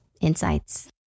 Insights